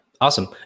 Awesome